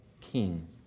king